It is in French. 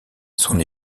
son